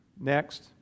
Next